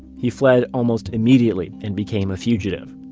he fled almost immediately, and became a fugitive.